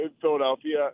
Philadelphia